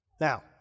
Now